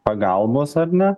pagalbos ar ne